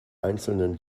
einzelnen